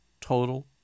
Total